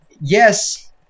yes